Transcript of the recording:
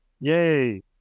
yay